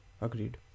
Agreed